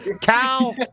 cow